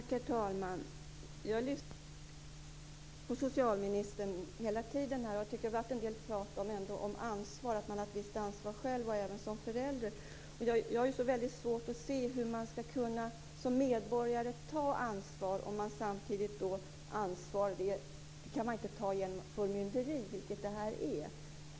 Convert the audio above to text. Herr talman! Jag har lyssnat hela tiden på socialministerns inlägg, och det har talats en del om att man själv har ett visst ansvar, även som förälder. Jag har väldigt svårt att se hur man som medborgare skall kunna ta ansvar under en form av förmynderi, vilket det här är.